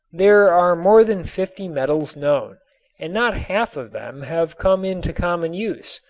there are more than fifty metals known and not half of them have come into common use,